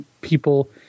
people